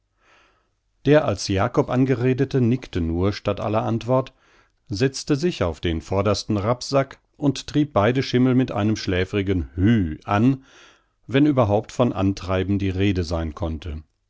der als jakob angeredete nickte nur statt aller antwort setzte sich auf den vordersten rapssack und trieb beide schimmel mit einem schläfrigen hüh an wenn überhaupt von antreiben die rede sein konnte